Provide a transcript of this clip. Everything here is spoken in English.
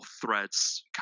threats